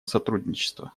сотрудничества